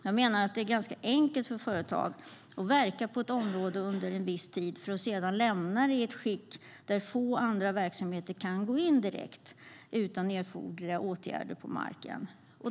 Jag menar att det är ganska enkelt för företag att verka i ett område under en viss tid, för att sedan lämna det i ett skick som gör att få andra verksamheter kan gå in direkt utan erforderliga åtgärder på marken.